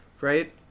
Right